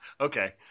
Okay